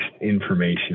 information